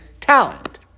talent